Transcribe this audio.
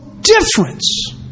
difference